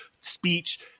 speech